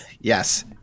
Yes